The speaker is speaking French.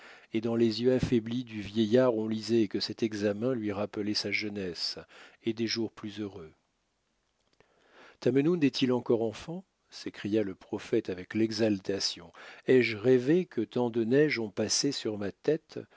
et dans les yeux affaiblis du vieillard on lisait que cet examen lui rappelait sa jeunesse et des jours plus heureux tamenund est-il encore enfant s'écria le prophète avec exaltation ai-je rêvé que tant de neiges ont passé sur ma tête